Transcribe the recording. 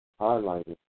highlighted